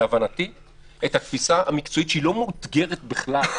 את התפיסה המקצועית שהיא לא מאותגרת בכלל.